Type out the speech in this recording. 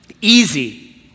Easy